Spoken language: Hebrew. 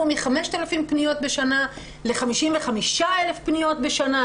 מ-5,000 פניות בשנה ל-55,000 פניות בשנה,